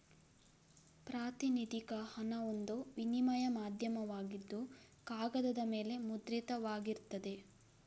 ಪ್ರಾತಿನಿಧಿಕ ಹಣ ಒಂದು ವಿನಿಮಯ ಮಾಧ್ಯಮವಾಗಿದ್ದು ಕಾಗದದ ಮೇಲೆ ಮುದ್ರಿತವಾಗಿರ್ತದೆ